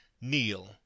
kneel